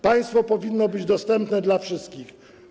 Państwo powinno być dostępne dla wszystkich.